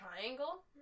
triangle